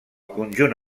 conjunt